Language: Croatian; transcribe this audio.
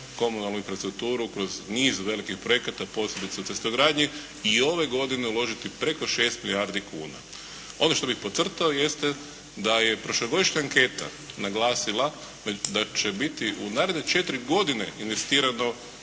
komunalnu infrastrukturu, kroz niz velikih projekata posebice u cestogradnji i ove godine uložiti preko 6 milijardi kuna. Ono što bih podcrtao jeste da je prošlogodišnja anketa naglasila da će biti u naredne četiri godine investirano